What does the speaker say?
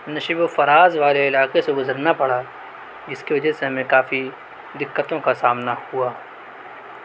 نشیب و فراز والے علاقے سے گزرنا پڑا جس کی وجہ ہمیں کافی دقتوں کا سامنا ہوا